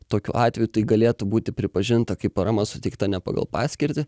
tokiu atveju tai galėtų būti pripažinta kaip parama suteikta ne pagal paskirtį